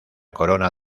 corona